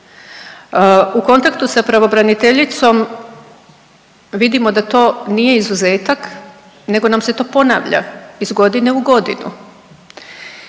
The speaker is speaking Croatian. U kontaktu sa pravobraniteljicom vidimo da to nije izuzetak nego nam se to ponavlja iz godine u godinu